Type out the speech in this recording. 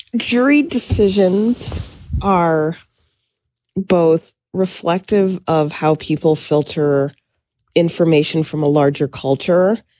jury decisions are both reflective of how people filter information from a larger culture,